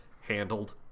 handled